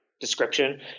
description